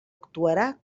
actuarà